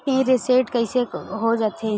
Pin reset कइसे हो जाथे?